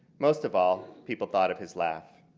most of all, people thought of his laugh.